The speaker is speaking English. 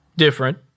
different